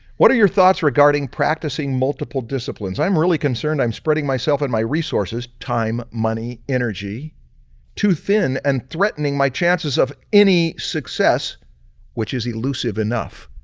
what are your thoughts regarding practicing multiple disciplines? i'm really concerned, i'm spreading myself and my resources time, money, energy too thin and threatening my chances of any success which is elusive enough.